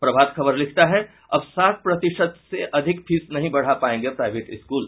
प्रभात खबर लिखता है अब सात प्रतिशत से अधिक फीस नहीं बढ़ा पायेंगे प्राइवेट स्कूल